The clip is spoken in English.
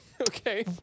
Okay